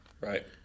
Right